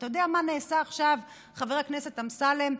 אתה יודע מה נעשה עכשיו, חבר הכנסת אמסלם?